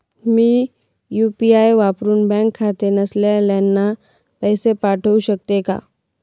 मी UPI वापरुन bank खाते नसलेल्यांना पैसे पाठवू शकते का?